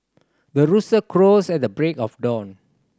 the rooster crows at the break of dawn